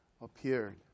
appeared